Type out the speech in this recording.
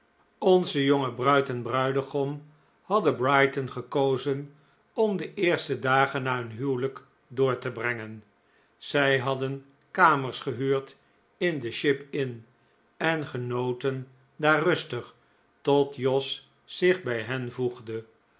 onze jonge bruid en bruidegom hadden brighton gekozen om de eerste dagen na hun huwelijk door te brengen zij hadden kamers gehuurd in de ship inn en genoten daar rustig tot jos zich bij hen voegde